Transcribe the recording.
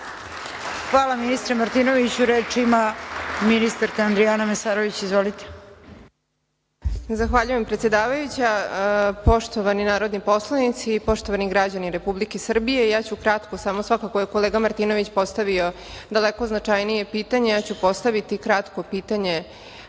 Hvala, ministre Martinoviću. Reč ima ministarka Adrijana Mesarović. Izvolite. **Adrijana Mesarović** Zahvaljujem, predsedavajuća. Poštovani narodni poslanici i poštovani građani Republike Srbije, ja ću kratko samo, svakako je kolega Martinović postavio daleko značajnije pitanje, ja ću postaviti kratko pitanje